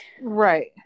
Right